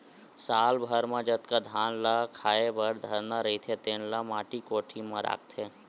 साल भर म जतका धान ल खाए बर धरना रहिथे तेन ल माटी कोठी म राखथे